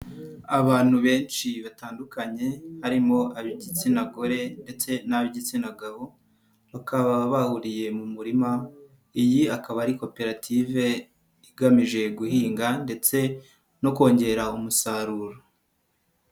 Abantu benshi batandukanye barimo ab'igitsina gore ndetse n'ab'igitsina gabo, bakaba bahuriye mu murima, iyi akaba ari koperative igamije guhinga ndetse no kongera umusaruro.